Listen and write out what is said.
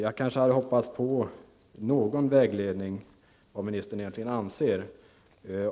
Jag hoppades på någon vägledning av vad ministern anser.